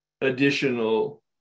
additional